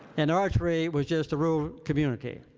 and archery was just a rural community.